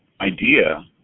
idea